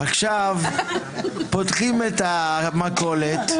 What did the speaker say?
עכשיו פותחים את המכולת.